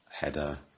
header